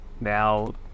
Now